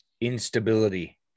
instability